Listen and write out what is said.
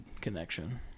connection